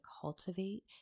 cultivate